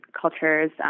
cultures